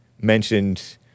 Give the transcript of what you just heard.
mentioned